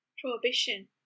prohibition